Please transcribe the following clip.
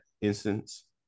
instance